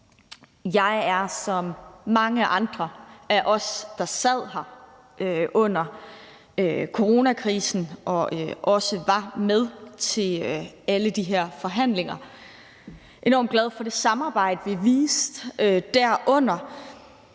Jeg er som mange andre af os, der sad her under coronakrisen og også var med til alle de her forhandlinger, enormt glad for det samarbejde, vi viste derunder.